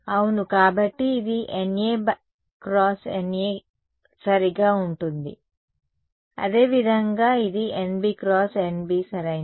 అవును కాబట్టి ఇది N A × NA సరిగ్గా ఉంటుంది అదే విధంగా ఇది NB × NB సరైనది